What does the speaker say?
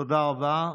תודה רבה.